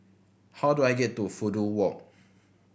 how do I get to Fudu Walk